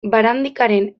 barandikaren